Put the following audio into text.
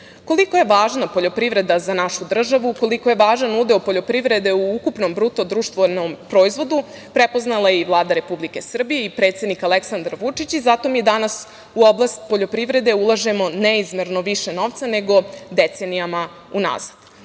je važna poljoprivreda za našu državu, toliko je važan udeo poljoprivredu u ukupnom BDP prepoznala je i Vlada Republike Srbije i predsednik Aleksandar Vučić i zato mi danas u oblast poljoprivrede ulažemo neizmerno više novca nego decenijama unazad.